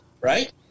right